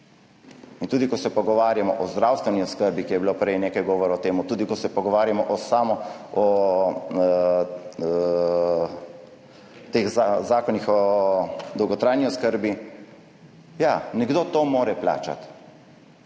In tudi ko se pogovarjamo o zdravstveni oskrbi, ko je bilo prej nekaj govora o tem, tudi ko se pogovarjamo o teh zakonih o dolgotrajni oskrbi, ja, nekdo to mora plačati,